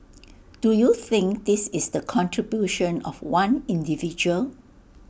do you think this is the contribution of one individual